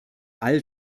all